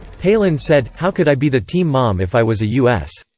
palin said, how could i be the team mom if i was a u s.